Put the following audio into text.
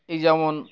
এই যেমন